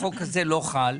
החוק הזה לא חל,